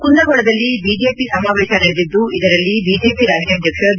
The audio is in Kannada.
ಕುಂದಗೋಳದಲ್ಲಿ ಬಿಜೆಪಿ ಸಮಾವೇಶ ನಡೆದಿದ್ದು ಇದರಲ್ಲಿ ಬಿಜೆಪಿ ರಾಜಾಧ್ವಕ್ಷ ಬಿ